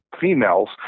females